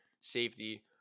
safety